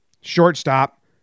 shortstop